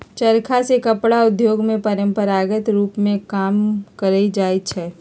चरखा से कपड़ा उद्योग में परंपरागत रूप में काम कएल जाइ छै